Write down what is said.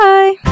Bye